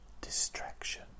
distraction